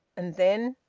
and then.